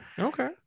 Okay